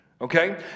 Okay